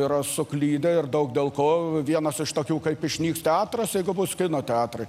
yra suklydę ir daug dėl ko vienas iš tokių kaip išnyks teatras jeigu bus kino teatrai